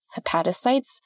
hepatocytes